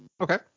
Okay